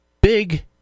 big